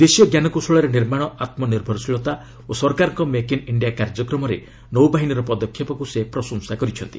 ଦେଶୀୟ ଜ୍ଞାନକୌଶଳରେ ନିର୍ମାଣ ଆତ୍କନିର୍ଭରଶୀଳତା ଓ ସରକାରଙ୍କ ମେକ୍ ଇନ୍ ଇଣ୍ଡିଆ କାର୍ଯ୍ୟକ୍ରମରେ ନୌବାହିନୀର ପଦକ୍ଷେପକୁ ସେ ପ୍ରଶଂସା କରିଛନ୍ତି